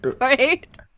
Right